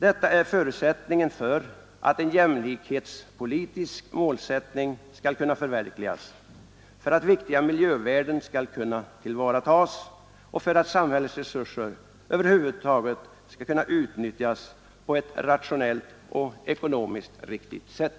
Detta är förutsättningen för att en jämlikhetspolitisk målsättning skall kunna förverkligas, för att viktiga miljövärden skall kunna tillvaratas och för att samhällets resurser över huvud taget skall kunna utnyttjas på ett rationellt och ekonomiskt riktigt sätt.